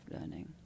learning